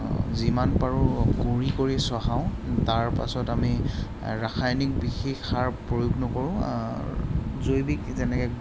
যিমান পাৰোঁ কুৰি কৰি চহাওঁ তাৰপাছত আমি ৰাসায়নিক বিশেষ সাৰ প্ৰয়োগ নকৰোঁ জৈৱিক যেনেকৈ